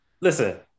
listen